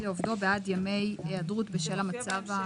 לעובדו בעד ימי היעדרות בשל המצב הביטחוני".